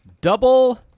Double